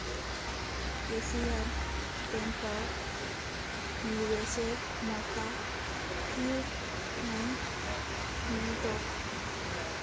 Asian पेंटत निवेशेर मौका फिर नइ मिल तोक